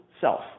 self